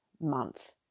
month